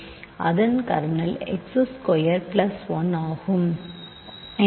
அதன் kernel x square plus 1 ஆகும்